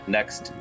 Next